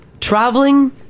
traveling